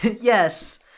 Yes